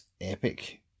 epic